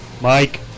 Mike